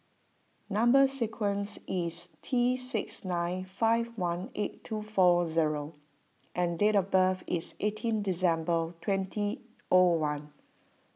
Number Sequence is T six nine five one eight two four zero and date of birth is eighteen December twenty O one